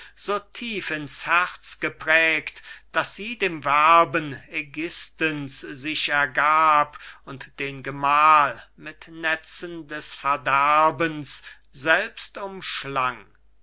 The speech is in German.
so tief in's herz geprägt daß sie dem werben ägisthens sich ergab und den gemahl mit netzen des verderbens selbst